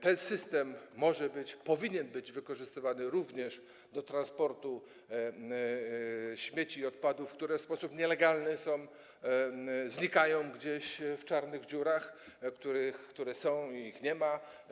Ten system powinien być wykorzystywany również do transportu śmieci i odpadów, które w sposób nielegalny znikają gdzieś w czarnych dziurach, które są i ich nie ma.